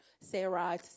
Sarah